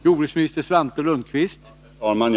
Herr talman!